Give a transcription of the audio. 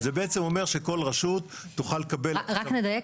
זה בעצם אומר שכל רשות תוכל לקבל --- רק נדייק.